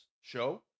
show